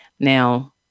Now